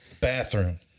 Bathroom